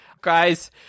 Guys